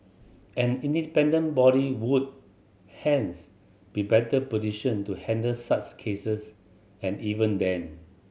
an independent body would hence be better positioned to handle such cases and even then